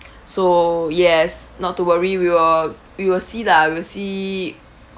so yes not to worry we will we will see lah we will see